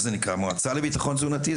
במועצה לביטחון תזונתי,